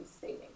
saving